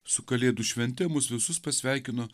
su kalėdų švente mus visus pasveikino